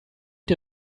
die